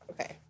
Okay